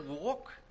walk